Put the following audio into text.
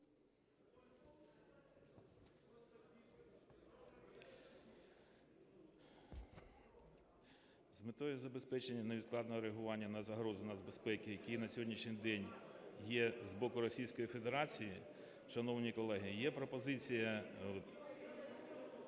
З метою забезпечення невідкладного реагування на нацбезпеки, які на сьогоднішній день є збоку Російської Федерації. Шановні колеги, є пропозиція…